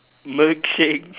milkshake